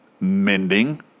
mending